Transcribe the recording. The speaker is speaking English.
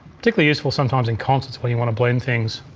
particularly useful sometimes in concerts when you wanna blend things.